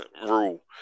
Rule